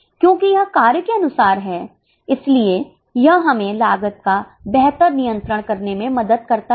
क्योंकि यह कार्य के अनुसार है इसलिए यह हमें लागत का बेहतर नियंत्रण करने में मदद करता है